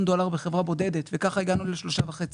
דולר בחברה בודדת וככה הגענו ל-3.5 מיליון.